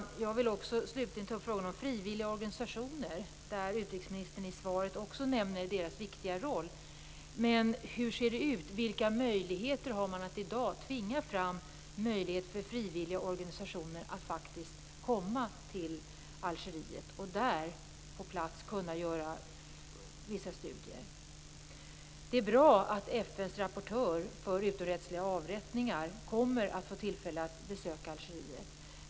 Slutligen vill jag ta upp frågan om frivilliga organisationer. I svaret nämner utrikesministern också deras viktiga roll. Men hur ser det ut? Hur kan man i dag tvinga fram möjligheter för frivilliga organisationer att komma till Algeriet och på plats göra vissa studier? Det är bra att FN:s rapportör för utomrättsliga avrättningar kommer att få tillfälle att besöka Algeriet.